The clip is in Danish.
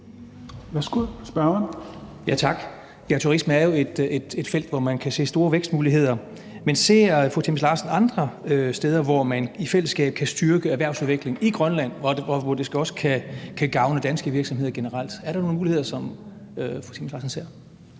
Henrik Vinther (RV): Tak. Ja, turisme er jo et felt, hvor man kan se store vækstmuligheder. Men ser fru Aaja Chemnitz Larsen andre steder, hvor man i fællesskab kan styrke erhvervsudviklingen i Grønland, og hvor det også kan gavne danske virksomheder generelt? Er der nogle muligheder, som fru Aaja Chemnitz Larsen ser